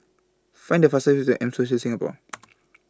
Find The fastest Way to M Social Singapore